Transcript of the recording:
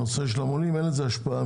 אין לו השפעה?